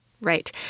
Right